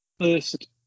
first